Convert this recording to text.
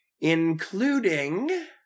including